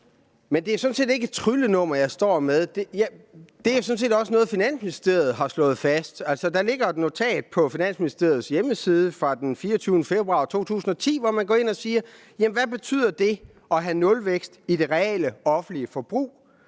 Men det er sådan set ikke et tryllenummer, jeg står med; det er også noget, Finansministeriet har slået fast. Altså, der ligger et notat på Finansministeriets hjemmeside fra 24. februar 2010, hvor man siger, hvad det betyder at have nulvækst i det reale offentlige forbrug.